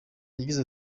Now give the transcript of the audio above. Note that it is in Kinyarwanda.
yagize